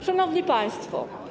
Szanowni Państwo!